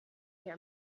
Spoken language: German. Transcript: der